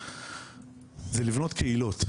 זה לבנות קהילות.